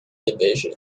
division